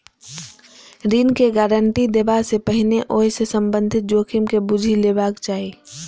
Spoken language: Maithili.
ऋण के गारंटी देबा सं पहिने ओइ सं संबंधित जोखिम के बूझि लेबाक चाही